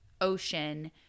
ocean